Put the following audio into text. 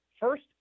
First